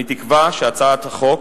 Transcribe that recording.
אני תקווה שהצעת החוק